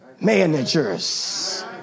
managers